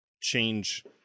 change